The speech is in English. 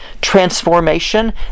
transformation